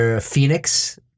Phoenix